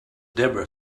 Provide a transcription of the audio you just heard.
debra